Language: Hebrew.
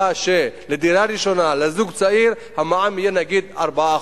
שלדירה ראשונה לזוג צעיר המע"מ יהיה נגיד 4%,